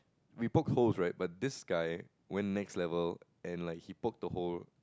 we poked holes right but this guy went next level and like he poked the holes